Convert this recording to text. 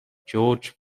george